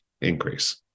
increase